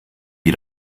wir